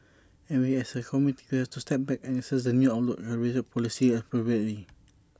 and we as A committee will have to step back and assess the new outlook and calibrate policy appropriately